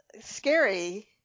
scary